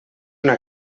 una